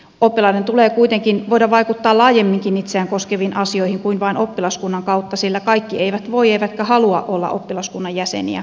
oppilaiden tulee kuitenkin voida vaikuttaa laajemminkin itseään koskeviin asioihin kuin vain oppilaskunnan kautta sillä kaikki eivät voi eivätkä halua olla oppilaskunnan jäseniä